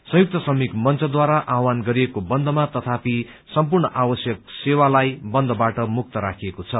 संयुक्त श्रमिक मंचद्वारा आह्वान गरिएको बन्दमा तथापि सम्पूर्ण आवश्यक सेवालाई बन्दबाट मुक्त राखेको छ